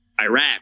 Iraq